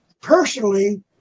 personally